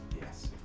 Yes